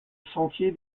sentier